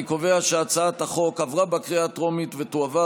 אני קובע שהצעת החוק עברה בקריאה הטרומית ותועבר